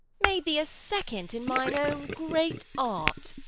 made thee a second in mine own great art?